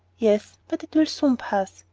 yes, but it will soon pass.